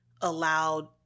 allowed